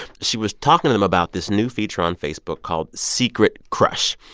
she was talking to them about this new feature on facebook called secret crush,